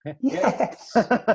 Yes